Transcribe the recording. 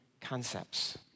concepts